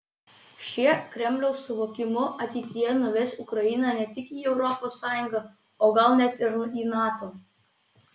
šie kremliaus suvokimu ateityje nuves ukrainą ne tik į europos sąjungą o gal net ir į nato